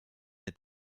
est